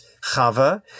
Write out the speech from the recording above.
Chava